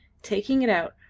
taking it out,